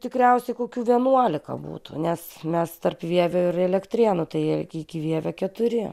tikriausiai kokių vienuolika būtų nes mes tarp vievio ir elektrėnų tai iki vievio keturi